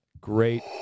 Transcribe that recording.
great